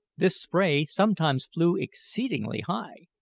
this spray sometimes flew exceedingly high,